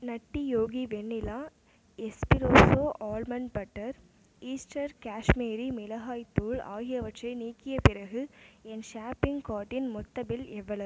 நட்டி Yogi vanilla espresso almond butter Eastern Kashmiri மிளகாய்த்தூள் ஆகியவற்றை நீக்கிய பிறகு என் ஷாப்பிங் கார்ட்டின் மொத்த பில் எவ்வளவு